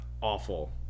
awful